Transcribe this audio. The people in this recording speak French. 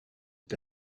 est